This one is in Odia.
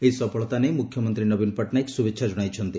ଏହି ସଫଳତା ନେଇ ମୁଖ୍ୟମନ୍ତୀ ନବୀନ ପଟ୍ଟନାୟକ ଶୁଭେଛା ଜଣାଇଛନ୍ତି